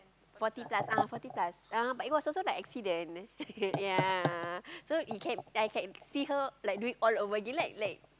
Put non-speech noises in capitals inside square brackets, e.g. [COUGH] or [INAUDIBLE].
forty plus ah forty plus uh but it was also like accident [LAUGHS] ya so it can I can see her like doing all over again like like